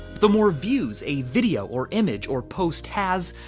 the more views a video or image or post has,